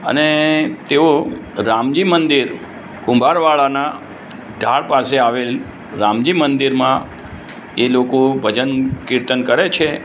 અને તેઓ રામજી મંદિર કુંભારવાડાના ઢાળ પાસે આવેલાં રામજી મંદિરમાં એ લોકો ભજન કિર્તન કરે છે